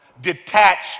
detached